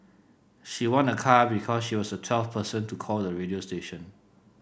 she won a car because she was the twelfth person to call the radio station